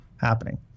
happening